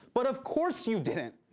but of course you didn't.